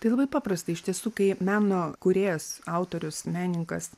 tai labai paprasta iš tiesų kai meno kūrėjas autorius menininkas